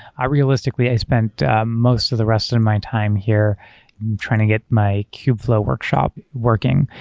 ah realistically, i spent most of the rest of of my time here trying to get my kubeflow workshop working.